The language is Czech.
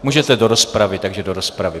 Můžete do rozpravy, takže do rozpravy.